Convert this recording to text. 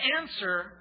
answer